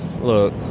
look